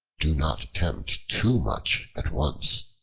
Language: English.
do not attempt too much at once.